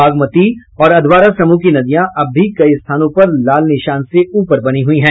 बागमती और अधवारा समूह की नदियां अब भी कई स्थानों पर लाल निशान से ऊपर बनी हुई हैं